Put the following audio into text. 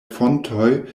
fontoj